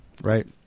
right